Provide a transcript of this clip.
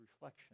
reflection